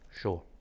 Sure